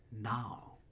Now